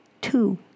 two